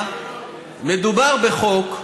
מדובר בחוק,